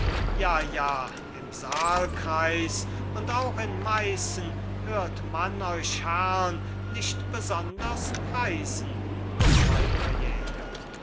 ja ja im saalkreis und auch in meißen hört man euch herrn nicht besonders preisen zweiter jäger